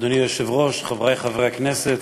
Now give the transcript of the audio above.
אדוני היושב-ראש, חברי חברי הכנסת,